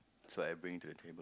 that's what I bring to the table